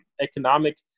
economic